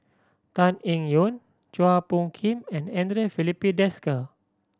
Tan Eng Yoon Chua Phung Kim and Andre Filipe Desker